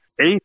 eighth